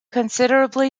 considerably